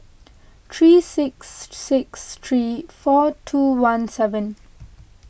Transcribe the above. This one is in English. three six six three four two one seven